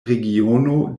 regiono